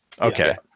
Okay